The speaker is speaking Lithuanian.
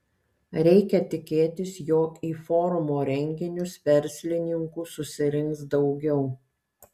reikia tikėtis jog į forumo renginius verslininkų susirinks daugiau